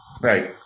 Right